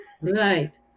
Right